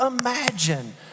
imagine